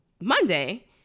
Monday